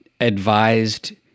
advised